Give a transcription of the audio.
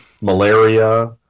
malaria